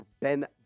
Ben